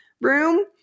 room